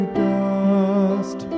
dust